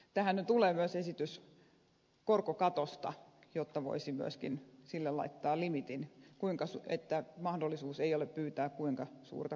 tähän tulee myös esitys korkokatosta jotta voisi myöskin sille laittaa limiitin että mahdollisuus ei ole pyytää kuinka suurta korkoa tahansa